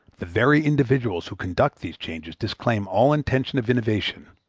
the very individuals who conduct these changes disclaim all intention of innovation,